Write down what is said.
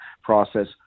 process